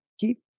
keep